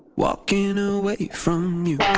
walking you know away from you